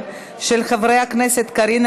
ומשפט להכנה לקריאה